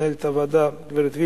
מנהלת הוועדה גברת וילמה,